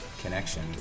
connection